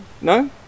No